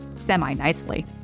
semi-nicely